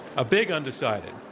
a big undecided.